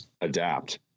adapt